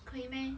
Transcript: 可以 meh